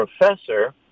professor